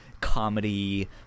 comedy